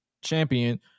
champion